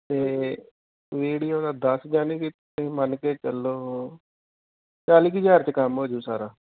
ਅਤੇ ਵੀਡੀਓ ਦਾ ਦਸ ਯਾਨੀ ਕਿ ਤੁਸੀਂ ਮੰਨ ਕੇ ਚੱਲੋ ਚਾਲੀ ਕੁ ਹਜ਼ਾਰ 'ਚ ਕੰਮ ਹੋ ਜੂ ਸਾਰਾ